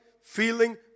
feeling